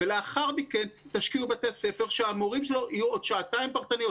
לאחר מכן תשקיעו בבתי ספר שהמורים שלו יהיו עוד שעתיים פרטניות.